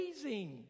amazing